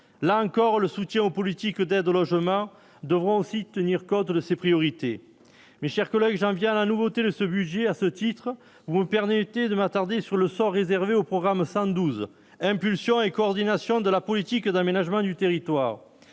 là encore, le soutien aux politiques d'aide au logement devront aussi tenir compte de ces priorités, mes chers collègues, j'en viens, la nouveauté de ce budget, à ce titre, vous vous permettez de m'attarder sur le sort réservé au programme 112 impulsion et coordination de la politique d'aménagement du territoire,